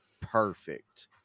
perfect